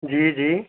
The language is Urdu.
جی جی